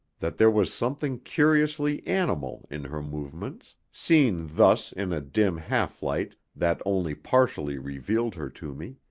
that there was something curiously animal in her movements, seen thus in a dim half-light that only partially revealed her to me.